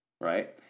right